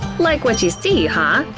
like what you see, huh?